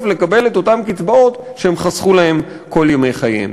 לקבל את אותן קצבאות שהם חסכו להן כל ימי חייהם.